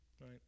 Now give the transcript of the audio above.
right